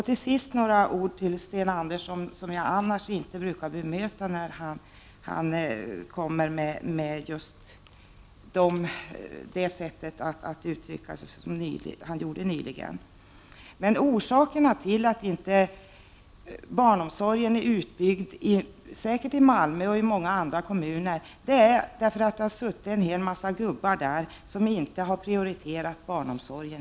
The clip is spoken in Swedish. Till sist några ord till Sten Andersson i Malmö som jag annars inte brukar bemöta när han uttrycker sig på det sätt som han gjort i denna debatt. Att barnomsorgen inte är fullt utbyggd i Malmö och inte heller i många andra kommuner beror på att det där suttit en hel massa gubbar, som i tid inte prioriterat barnomsorgen.